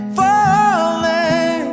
falling